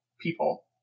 people